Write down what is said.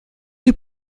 est